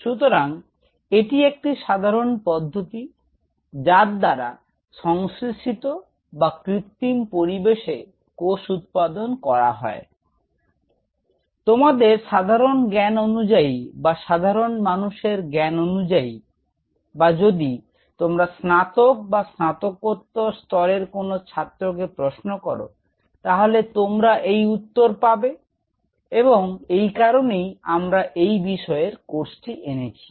সুতরাং এটি একটি সাধারণ পদ্ধতি যার দ্বারা সংশ্লেষিত বা কৃত্রিম পরিবেশে কোষ উৎপাদন করা হয় তোমাদের সাধারণ জ্ঞান অনুযায়ী বা সাধারণ মানুষের জ্ঞান অনুযায়ী বা যদি তোমরা স্নাতক বা স্নাতকোত্তর স্তরের কোনও ছাত্রকে প্রশ্ন কর তাহলে তোমরা এই উত্তর পাবে এবং এই কারনেই আমরা এই বিষয়ে এই কোর্সটি এনেছি